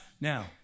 now